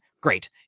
great